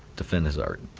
defend his ah